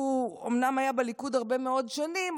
הוא אומנם היה בליכוד הרבה מאוד שנים,